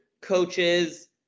coaches